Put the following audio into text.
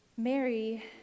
Mary